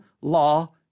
law